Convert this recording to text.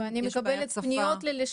אני מקבלת פניות ללשכתי,